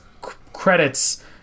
credits